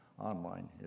online